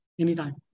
anytime